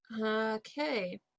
Okay